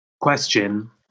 Question